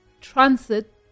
transit